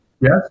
yes